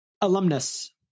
Alumnus